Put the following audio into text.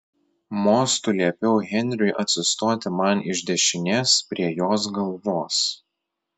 mostu liepiau henriui atsistoti man iš dešinės prie jos galvos